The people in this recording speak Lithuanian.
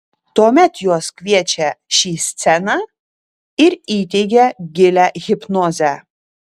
tuomet juos kviečia šį sceną ir įteigia gilią hipnozę